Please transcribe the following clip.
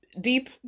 deep